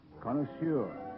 Connoisseur